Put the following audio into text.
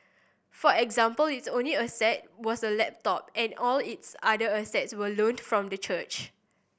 for example its only asset was a laptop and all its other assets were loaned from the church